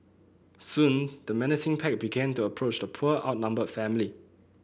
soon the menacing pack began to approach the poor outnumbered family